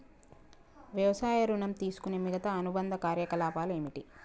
వ్యవసాయ ఋణం తీసుకునే మిగితా అనుబంధ కార్యకలాపాలు ఏమిటి?